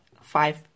five